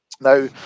Now